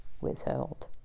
withheld